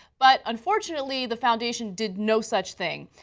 but unfortunately, the foundation did no such thing.